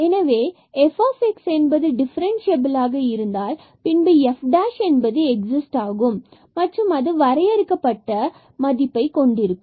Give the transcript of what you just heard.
எனவே f என்பது டிஃபரன்ஸ்சியபில்லாக இருந்தால் பின்பு f' எக்ஸிஸ்ட் ஆகும் மற்றும் அது வரையறுக்கப்பட்ட A மதிப்பைக் கொண்டிருக்கும்